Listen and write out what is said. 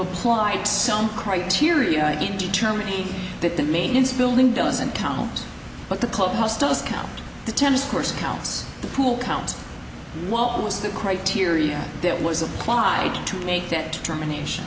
applied some criteria in determining that the maintenance building doesn't count but the clubhouse does count the tennis courts counts the pool count what was the criteria that was applied to make that determination